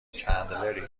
چندلری